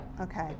Okay